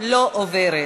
לא עוברת.